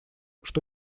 что